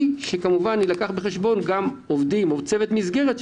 שכמובן יילקח בחשבון גם צוות המסגרת,